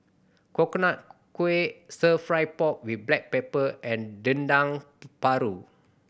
Coconut Kuih Stir Fry pork with black pepper and Dendeng Paru